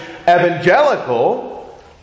evangelical